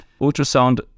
Ultrasound